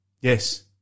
Yes